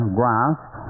grasp